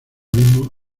mismo